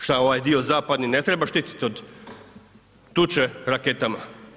Šta ovaj dio zapadni ne treba štititi od tuče raketama?